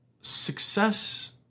success